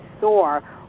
soar